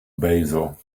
basil